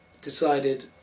decided